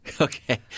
Okay